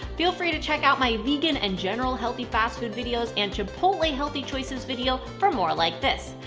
feel free to check out my vegan and general healthy fast food videos, and chipotle healthy choices video for more like this.